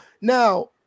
Now